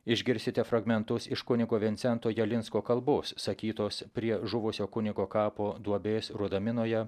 išgirsite fragmentus iš kunigo vincento jalinsko kalbos sakytos prie žuvusio kunigo kapo duobės rudaminoje